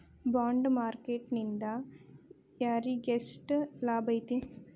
Bond market ನಿಂದಾ ಯಾರಿಗ್ಯೆಷ್ಟ್ ಲಾಭೈತಿ?